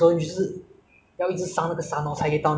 所以有时候送去 bungalow 好像是很累 lah